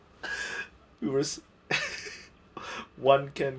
it was one can